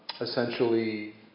essentially